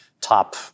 top